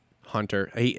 Hunter